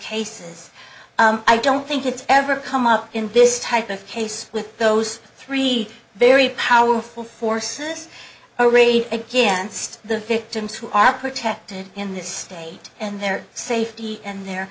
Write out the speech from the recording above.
cases i don't think it's ever come up in this type of case with those three very powerful forces arrayed against the victims who are protected in this state and their safety and the